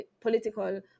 political